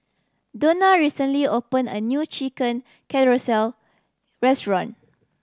Donna recently opened a new Chicken Casserole restaurant